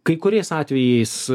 kai kuriais atvejais